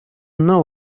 know